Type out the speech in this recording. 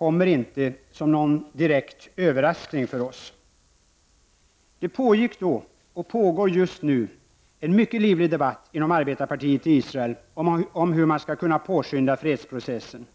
är inte någon direkt överraskning för oss. Det pågick då, och det pågår även just nu, en mycket livlig debatt inom arbetarpartiet i Israel om hur man skall kunna påskynda fredsprocessen.